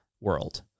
world